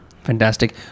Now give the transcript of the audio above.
Fantastic